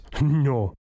No